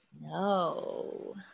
No